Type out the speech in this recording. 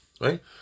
Right